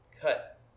Cut